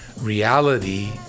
reality